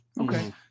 Okay